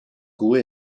koe